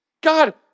God